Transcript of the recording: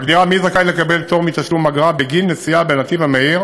מגדירה מי זכאי לקבל פטור מתשלום אגרה בגין נסיעה בנתיב המהיר